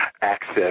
access